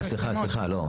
רגע, סליחה, סליחה, לא.